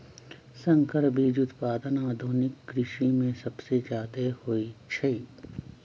संकर बीज उत्पादन आधुनिक कृषि में सबसे जादे होई छई